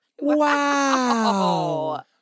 Wow